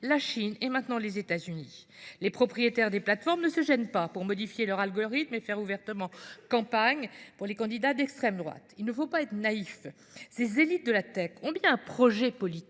la Chine et maintenant les États Unis. Les propriétaires des plateformes ne se gênent pas pour modifier leur algorithme et faire ouvertement campagne pour des candidats d’extrême droite. Ne soyons pas naïfs, les élites de la tech ont bien un projet politique